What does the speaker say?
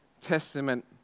Testament